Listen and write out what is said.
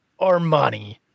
Armani